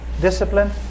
discipline